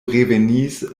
revenis